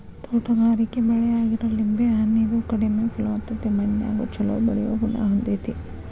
ತೋಟಗಾರಿಕೆ ಬೆಳೆ ಆಗಿರೋ ಲಿಂಬೆ ಹಣ್ಣ, ಇದು ಕಡಿಮೆ ಫಲವತ್ತತೆಯ ಮಣ್ಣಿನ್ಯಾಗು ಚೊಲೋ ಬೆಳಿಯೋ ಗುಣ ಹೊಂದೇತಿ